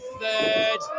third